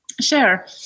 Sure